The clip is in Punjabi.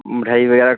ਮਿਠਾਈ ਵਗੈਰਾ